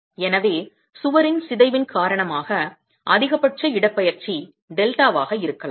எனவே சுவரின் சிதைவின் காரணமாக அதிகபட்ச இடப்பெயர்ச்சி டெல்டாவாக இருக்கலாம்